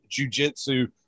jujitsu